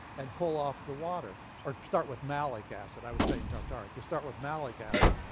and pull off the water. or start with malic acid. i was saying tartaric. you start with malic acid,